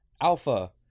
Alpha